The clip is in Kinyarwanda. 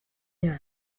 yayo